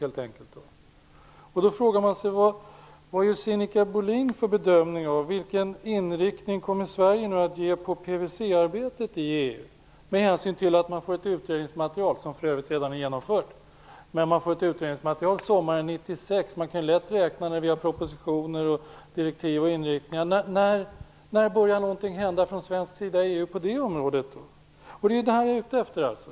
Man frågar sig då vilken bedömning Sinikka Bohlin gör av den inriktning som Sverige nu kommer att ha på PVC-arbetet i EU, med hänsyn till att man får utredningsmaterialet sommaren 1996. Det är propositioner, direktiv, osv. När börjar någonting hända på det området från svensk sida?